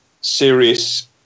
serious